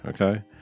Okay